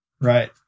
Right